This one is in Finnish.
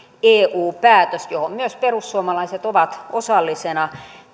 eu päätös johon myös perussuomalaiset ovat osallisena